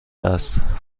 عصر